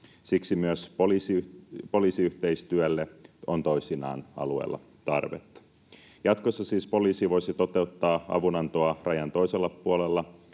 Siksi myös poliisiyhteistyölle on toisinaan alueella tarvetta. Jatkossa siis poliisi voisi toteuttaa avunantoa rajan toisella puolella